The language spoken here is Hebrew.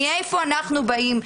מאיפה אנחנו באים.